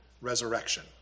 resurrection